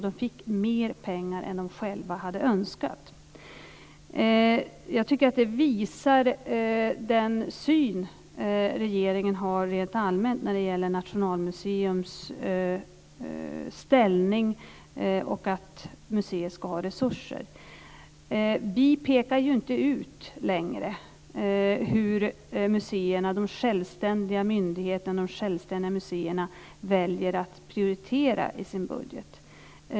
De fick alltså mer pengar än de själva hade önskat. Jag tycker att det visar den syn som regeringen har rent allmänt när det gäller Nationalmuseums ställning och att museet ska ha resurser. Vi pekar ju inte längre ut hur museerna, de självständiga myndigheterna och de självständiga museerna, väljer att prioritera i sin budget.